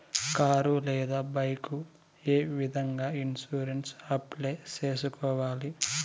car లేదా bike ఏ విధంగా ఇన్సూరెన్సు అప్లై సేసుకోవాలి